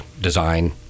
design